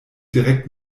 direkt